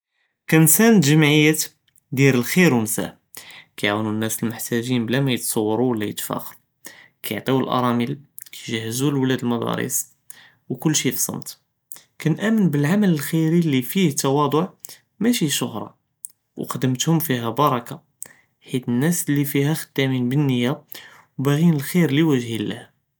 כּאן נסאנד ג׳מעיה דיר אלח׳יר ונסאה כיאעוונו אלנאס אלמִחְתאג׳ין בלא מיתצוורו ולא יתפאח׳רו וכיאעטיו לאראמל וכיהג׳זו אלולאד ללמדארס וכלשי פצמת, כנאמן בלעמל אלח׳ירי לי פיה תואצ׳ע משי שהְרַה וכּדמתהום פיהא ברכה חית אלנאס לי פיהא חְדאמין בנִיָה ובאג׳ין אלח׳יר לווג׳ה אללּה.